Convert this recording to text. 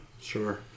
Sure